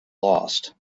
lost